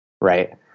right